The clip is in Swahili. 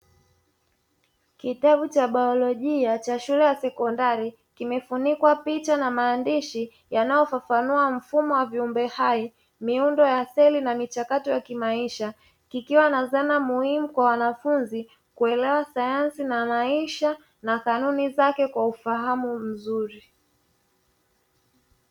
Kitabu cha biolojia cha shule ya sekondari kimefunikwa picha na maandishi yanayofafanua mfumo wa viumbe hai, miundo ya seli na michakato ya kimaisha kikiwa na zana muhimu kwa wanafunzi kuelewa sayansi na maisha na kanuni zake kwa ufahamu mzuri.